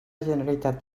generalitat